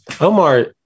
omar